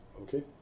Okay